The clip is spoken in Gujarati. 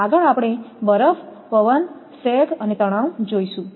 આગળ આપણે બરફ પવન સેગ અને તણાવ જોઈશું